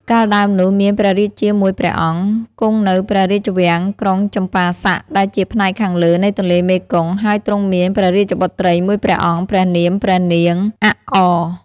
កាលដើមនោះ មានព្រះរាជាមួយព្រះអង្គ គង់នៅព្រះរាជវាំងក្រុងចម្ប៉ាស័ក ដែលជាផ្នែកខាងលើ នៃទន្លេមេគង្គ ហើយទ្រង់មានព្រះរាជបុត្រីមួយព្រះអង្គ ព្រះនាមព្រះនាង "អាក់អ"។